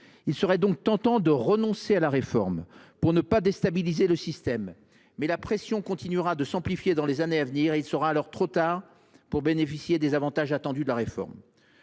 Il serait donc tentant de renoncer à la réforme, pour ne pas déstabiliser le système. Toutefois, la pression continuera de s’amplifier dans les années à venir, et il sera alors trop tard pour bénéficier des avantages attendus de la réforme.